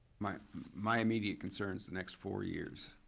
my my immediate concern is the next four years.